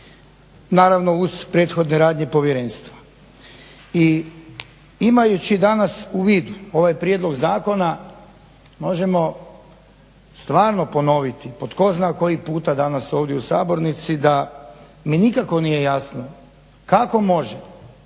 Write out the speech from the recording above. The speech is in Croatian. Naravno uz prethodne radnje povjerenstva. i imajući danas u vidu ovaj prijedlog zakona možemo stvarno ponoviti po tko zna koji puta danas ovdje u sabornici, da mi nikako nije jasno kako može